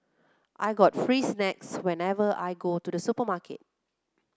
I got free snacks whenever I go to the supermarket